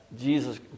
Jesus